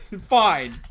Fine